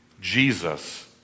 Jesus